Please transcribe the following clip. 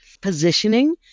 Positioning